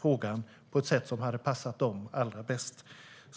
frågan på ett sätt som hade passat dem bäst.